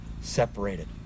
separated